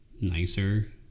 nicer